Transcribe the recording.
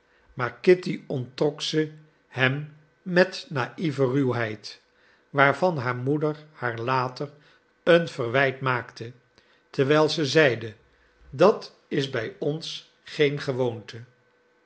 maar kitty onttrok ze hem met naïve ruwheid waarvan haar moeder haar later een verwijt maakte terwijl ze zeide dat is bij ons geen gewoonte